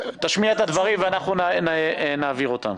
תשמיע את הדברים ואנחנו נעביר אותם.